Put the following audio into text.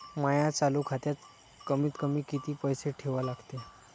माया चालू खात्यात कमीत कमी किती पैसे ठेवा लागते?